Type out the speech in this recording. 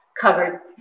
covered